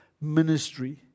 ministry